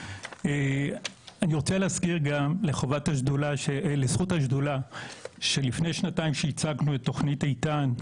אני רוצה להזכיר לזכות השדולה שלפני שנתיים כשהצגנו את תוכנית איתן,